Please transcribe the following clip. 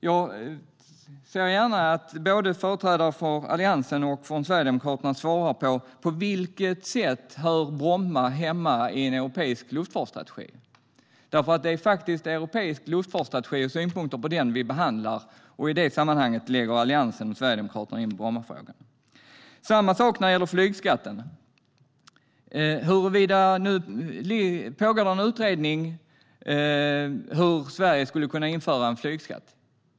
Jag ser gärna att både företrädare för Alliansen och Sverigedemokraterna svarar på hur Bromma hör hemma i en europeisk luftfartsstrategi. Det är faktiskt en europeisk luftfartsstrategi och synpunkter på den vi behandlar, och i det sammanhanget lägger Alliansen och Sverigedemokraterna in Brommafrågan. Samma sak gäller flygskatten. Det pågår en utredning om att införa flygskatt i Sverige.